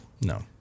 No